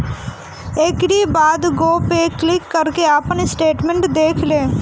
एकरी बाद गो पे क्लिक करके आपन स्टेटमेंट देख लें